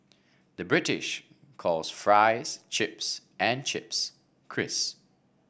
the British calls fries chips and chips crisp